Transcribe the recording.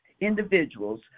individuals